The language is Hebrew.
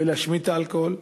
ולהשמיד את האלכוהול.